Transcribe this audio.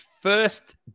first